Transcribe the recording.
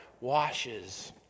washes